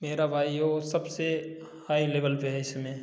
मेरा भाई और सबसे हाई लेवल पे है इसमें